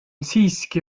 siiski